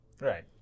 Right